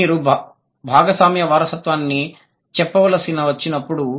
మీరు భాగస్వామ్య వారసత్వాన్ని చెప్పవలసి వచ్చినప్పుడు